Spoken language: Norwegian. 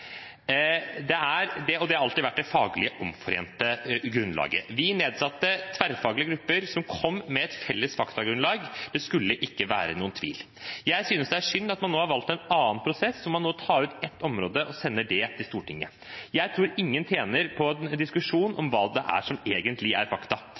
fakta til grunn, og det har alltid vært det faglige omforente grunnlaget. Vi nedsatte tverrfaglige grupper som kom med et felles faktagrunnlag – det skulle ikke være noen tvil. Jeg synes det er synd at man nå har valgt en annen prosess, hvor man tar ut ett område og sender det til Stortinget. Jeg tror ingen tjener på en diskusjon om hva det er som egentlig er fakta.